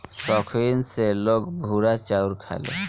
सौखीन से लोग भूरा चाउर खाले